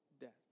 death